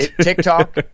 TikTok